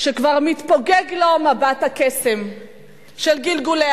שכבר מתפוגג לו מבט הקסם של גלגולי